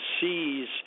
sees